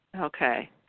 Okay